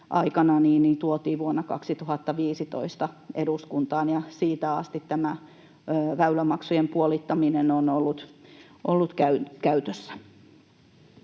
aikana tuotiin vuonna 2015 eduskuntaan, ja siitä asti tämä väylämaksujen puolittaminen on ollut käytössä.